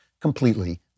completely